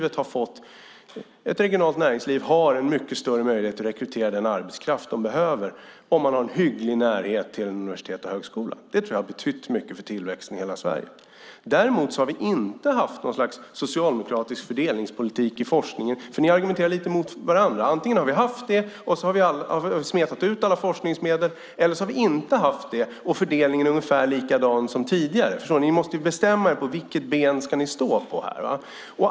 Ett regionalt näringsliv har en mycket större möjlighet att rekrytera den arbetskraft de behöver om man har en hygglig närhet till universitet och högskola. Det tror jag har betytt mycket för tillväxten i hela Sverige. Däremot har vi inte haft någon slags socialdemokratisk fördelningspolitik i forskningen. Ni argumenterar lite mot varandra. Antingen har vi haft det och smetat ut alla forskningsmedel eller också har vi inte haft det och fördelningen är ungefär likadan som tidigare. Ni måste ju bestämma er för på vilket ben ni ska stå här.